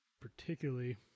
particularly